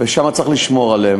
ושם צריך לשמור עליהם.